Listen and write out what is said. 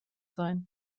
sein